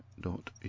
dot